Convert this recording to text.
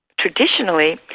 traditionally